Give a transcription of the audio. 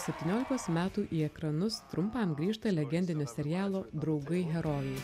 septyniolikos metų į ekranus trumpam grįžta legendinio serialo draugai herojai